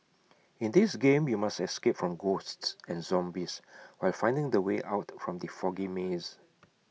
in this game you must escape from ghosts and zombies while finding the way out from the foggy maze